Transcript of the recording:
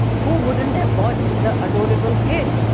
who wouldn't have watched the adorable kids,